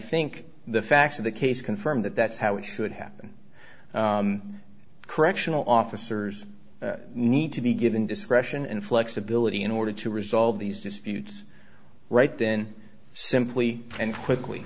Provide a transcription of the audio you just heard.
think the facts of the case confirm that that's how it should happen correctional officers need to be given discretion and flexibility in order to resolve these disputes right then simply and quickly